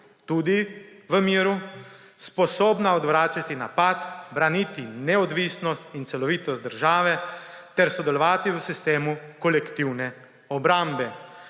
tudi v miru, sposobna odvračati napad, braniti neodvisnost in celovitost države ter sodelovati v sistemu kolektivne obrambe.